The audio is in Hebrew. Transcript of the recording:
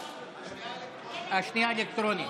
בעד גילה גמליאל,